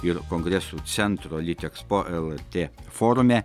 ir kongresų centro litekspo lrt forume